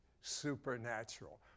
supernatural